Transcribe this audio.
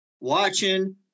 watching